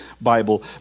Bible